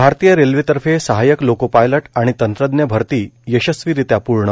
भारतीय रेल्वेतर्फे सहायक लोको पायलट आणि तंत्रज्ञ भरती यशस्वीरित्या पूर्ण